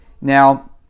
Now